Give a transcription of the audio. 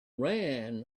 ran